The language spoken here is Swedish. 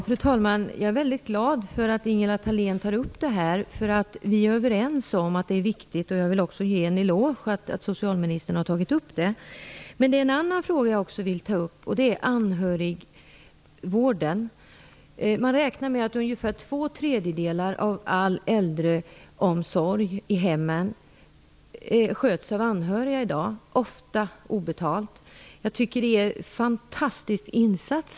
Fru talman! Jag är väldigt glad att Ingela Thalén tar upp det här. Vi är överens om att det är viktigt, och jag vill ge en eloge till socialministern för att hon tagit upp det. Det finns en annan fråga som jag också vill ta upp. Det gäller anhörigvården. Man räknar med att ungefär två tredjedelar av all äldreomsorg i hemmen i dag sköts av anhöriga. Ofta är det fråga om obetalt arbete. Jag tycker att de anhöriga gör en fantastisk insats.